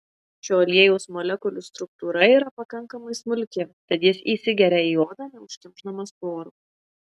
šio aliejaus molekulių struktūra yra pakankamai smulki tad jis įsigeria į odą neužkimšdamas porų